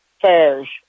fares